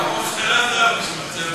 (חבר הכנסת אורן אסף חזן יוצא מאולם